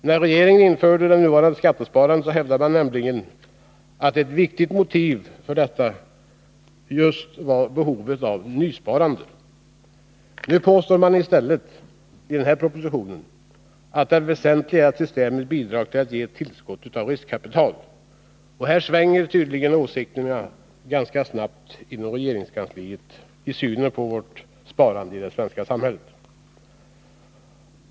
När regeringen införde de nuvarande reglerna för skattesparandet hävdade man nämligen att ett viktigt motiv just var behovet av nysparande. Nu påstår man i den här propositionen i stället att det väsentliga är att systemet bidrar till att ge ett tillskott av riskkapital. Det svänger tydligen snabbt mellan olika åsikter hos regeringen då det gäller synen på sparandet i vårt samhälle.